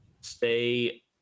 stay